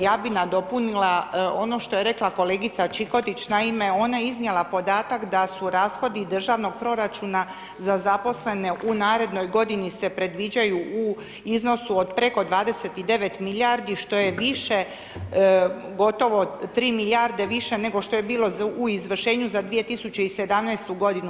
Ja bih nadopunila ono što je rekla kolegica Čikotić, naime, ona je iznijela podatak da su rashodi državnog proračuna za zaposlene u narednoj godini se predviđaju u iznosu od preko 29 milijardi, što je više, gotovo 3 milijarde više nego što je bilo u izvršenju za 2017.-tu godinu.